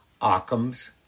Ockham's